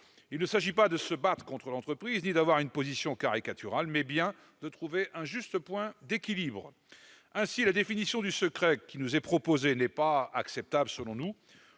Il ne s'agit pas de se battre contre l'entreprise, ni d'avoir une position caricaturale, mais bien de trouver un juste point d'équilibre. Aussi, la définition du secret qui nous est proposée n'est pas, selon nous,